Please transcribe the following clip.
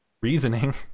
reasoning